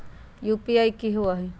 UPI कि होअ हई?